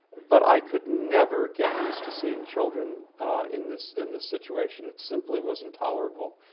but i could never get used to seeing children in this in this situation. it simply wasn't tolerable.